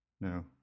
No